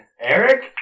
Eric